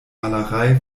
malerei